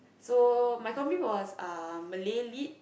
so my combi was uh Malay Lit